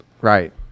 Right